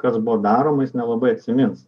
kas buvo daroma nelabai atsimins